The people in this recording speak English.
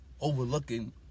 overlooking